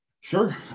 Sure